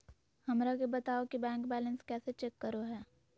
हमरा के बताओ कि बैंक बैलेंस कैसे चेक करो है?